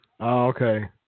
Okay